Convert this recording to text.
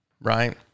right